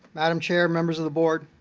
madame chair, members of the board.